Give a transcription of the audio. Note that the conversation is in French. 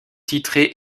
titrée